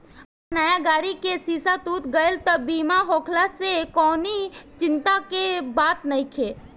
अगर नया गाड़ी के शीशा टूट गईल त बीमा होखला से कवनी चिंता के बात नइखे